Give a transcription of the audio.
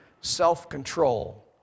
self-control